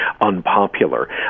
unpopular